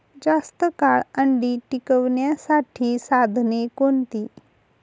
जास्त काळ अंडी टिकवण्यासाठी साधने कोणती?